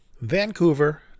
Vancouver